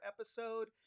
episode